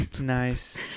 Nice